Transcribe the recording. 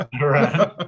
right